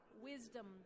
wisdom